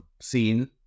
scene